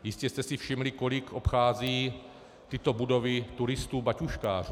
Jistě jste si všimli, kolik obchází tyto budovy turistů batůžkářů.